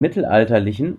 mittelalterlichen